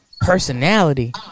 personality